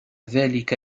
ذلك